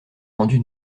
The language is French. rendu